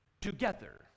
together